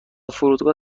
فرودگاه